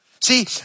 See